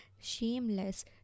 shameless